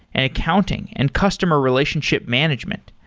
and accounting, and customer relationship management.